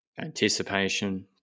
anticipation